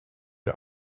did